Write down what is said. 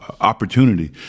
opportunity